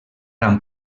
amb